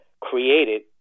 created